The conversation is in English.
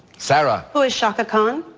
sarah. who is chaka khan?